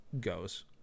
goes